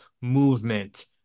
movement